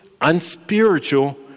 unspiritual